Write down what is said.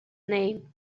name